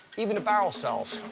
even the barrel sells.